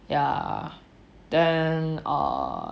ya then err